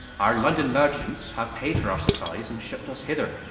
our london merchants have paid for our supplies, and shipped us hither.